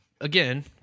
again